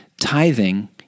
tithing